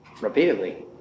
repeatedly